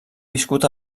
viscut